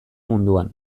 munduan